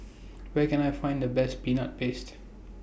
Where Can I Find The Best Peanut Paste